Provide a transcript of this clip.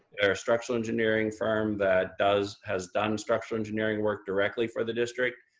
they're a structural engineering firm that does, has done structural engineering work directly for the district,